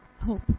Hope